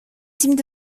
seemed